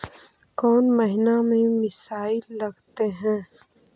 कौन महीना में मिसाइल लगते हैं?